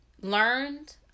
learned